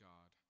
God